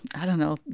i don't know,